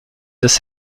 des